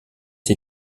ces